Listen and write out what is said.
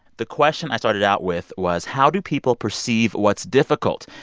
the question i started out with was how do people perceive what's difficult,